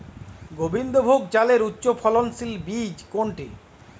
গোবিন্দভোগ চালের উচ্চফলনশীল বীজ কোনটি?